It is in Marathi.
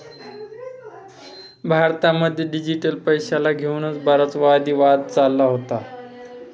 भारतामध्ये डिजिटल पैशाला घेऊन बराच वादी वाद चालला होता